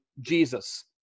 Jesus